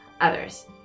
others